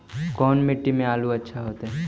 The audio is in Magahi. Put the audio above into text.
कोन मट्टी में आलु अच्छा होतै?